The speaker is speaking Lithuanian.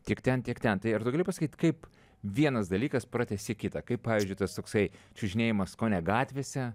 tiek ten tiek ten tai ar tu gali pasakyt kaip vienas dalykas pratęsia kitą kaip pavyzdžiui tas toksai čiužinėjimas kone gatvėse